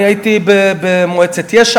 הייתי במועצת יש"ע,